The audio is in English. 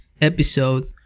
episode